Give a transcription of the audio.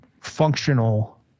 functional